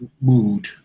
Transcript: mood